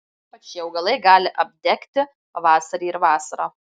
ypač šie augalai gali apdegti pavasarį ir vasarą